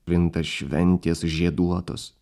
plinta šventės žieduotos